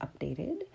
updated